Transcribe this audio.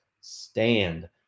stand